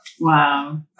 Wow